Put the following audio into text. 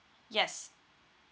yes